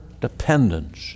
dependence